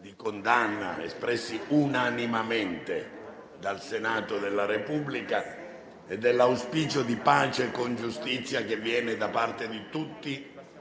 di condanna espressi unanimemente dal Senato della Repubblica e all'auspicio di pace con giustizia che viene da parte di tutti i